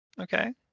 Okay